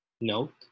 Note